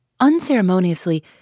Unceremoniously